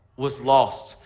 was lost.